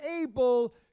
able